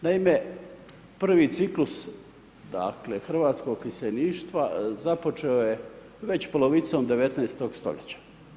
Naime, prvi ciklus, dakle, hrvatskog iseljeništva, započeo je već polovicom 19 st.